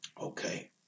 okay